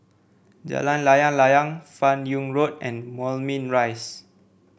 Jalan Layang Layang Fan Yoong Road and Moulmein Rise